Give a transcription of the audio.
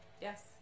Yes